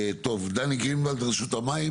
טוב, דני גריוולד, רשות המים.